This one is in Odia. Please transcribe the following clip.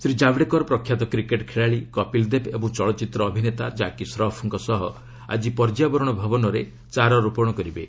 ଶ୍ରୀ ଜାବ୍ଡେକର୍ ପ୍ରଖ୍ୟାତ କ୍ରିକେଟ୍ ଖେଳାଳୀ କପିଲ୍ଦେବ ଓ ଚଳଚ୍ଚିତ୍ର ଅଭିନେତା ଜାକି ଶ୍ରଫ୍ଙ୍କ ସହ ଆଜି ପର୍ଯ୍ୟାବରଣ ଭବନରେ ଚାରାରୋପଣ କରିବେ